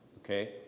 okay